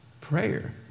Prayer